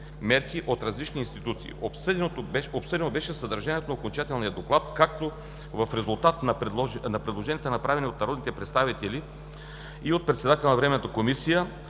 мерки от различни инстанции. Обсъдено беше съдържанието на окончателния доклад, като в резултат на предложенията, направени от народните представители и от председателя на Временната комисия,